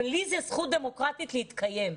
ולי זה זכות דמוקרטית להתקיים.